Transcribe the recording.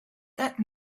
that